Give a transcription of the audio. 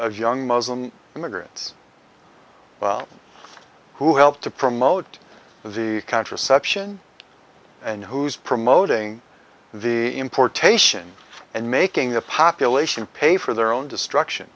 of young muslim immigrants who helped to promote the contraception and who's promoting the importation and making the population pay for their own destruction